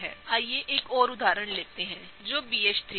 आइए एक और उदाहरण लेते हैं जो BH3 का है